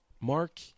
Mark